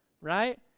right